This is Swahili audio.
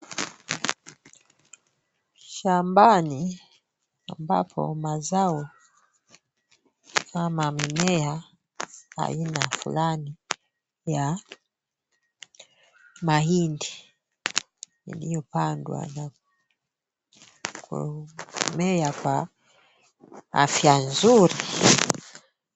Shambani ambapo mazao ama mimea aina fulani ya mahindi iliyopandwa na kumea kwa afya nzuri.